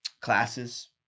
classes